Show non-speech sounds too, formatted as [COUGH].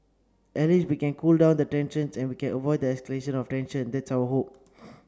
at least we can cool down the tensions and we can avoid the escalation of tension that's our hope [NOISE]